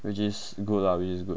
which is good lah which is good